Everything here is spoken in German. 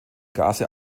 gase